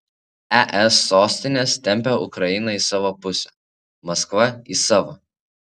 es sostinės tempia ukrainą į savo pusę maskva į savo